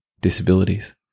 disabilities